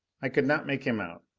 i could not make him out.